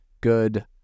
good